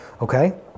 Okay